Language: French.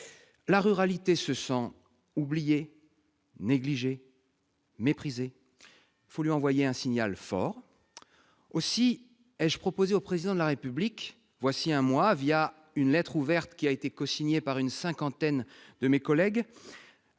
La ruralité se sent oubliée, négligée, méprisée ; il faut lui envoyer un signal fort. Aussi ai-je proposé au Président de la République, voilà un mois, une lettre ouverte cosignée par une cinquantaine de mes collègues,